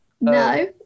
no